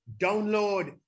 download